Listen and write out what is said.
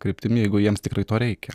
kryptim jeigu jiems tikrai to reikia